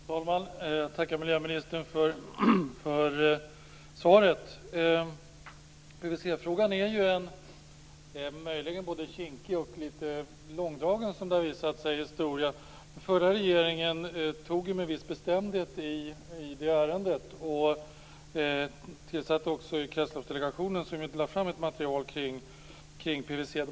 Fru talman! Jag tackar miljöministern för svaret. PVC-frågan är möjligen en både kinkig och långdragen historia. Den förra regeringen tog med viss bestämdhet i ärendet och tillsatte Kretsloppsdelegationen. Delegationen lade fram ett material om PVC.